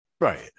Right